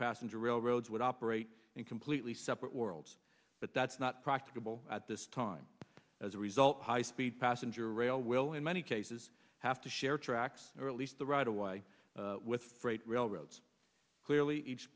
passenger railroads would operate in completely separate worlds but that's not practicable at this time as a result high speed passenger rail will in many cases have to share tracks or at least the right away with freight railroads clearly each